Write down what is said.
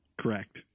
Correct